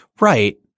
right